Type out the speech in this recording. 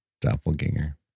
Doppelganger